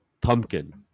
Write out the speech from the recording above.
Pumpkin